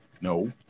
No